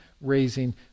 raising